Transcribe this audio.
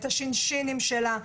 את השינ"שינים שלה.